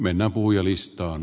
herra puhemies